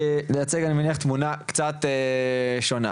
לייצג תמונה קצת שונה,